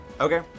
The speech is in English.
Okay